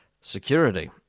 security